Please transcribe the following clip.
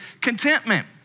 contentment